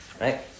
Right